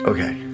Okay